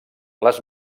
les